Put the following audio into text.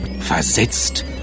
versetzt